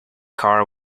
car